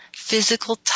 physical